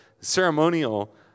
ceremonial